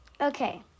Okay